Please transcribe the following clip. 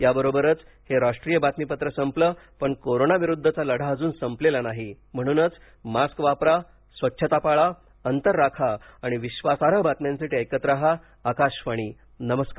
याबरोबरच हे राष्ट्रीय बातमीपत्र संपलं पण कोरोना विरुद्धचा लढा अजून संपलेला नाही म्हणूनच मास्क वापरा स्वच्छता पाळा अंतर राखा आणि विश्वासार्ह बातम्यांसाठी ऐकत रहा आकाशवाणी नमस्कार